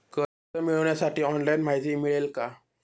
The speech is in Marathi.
कर्ज मिळविण्यासाठी ऑनलाइन माहिती मिळेल का?